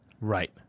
right